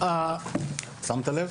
שמת לב?